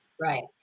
Right